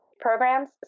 programs